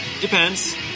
Depends